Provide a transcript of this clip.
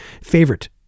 favorite